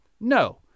No